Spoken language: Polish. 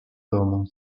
domu